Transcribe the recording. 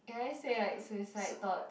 can I say like suicide thoughts